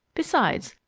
besides,